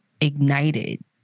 ignited